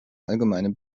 allgemeine